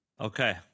Okay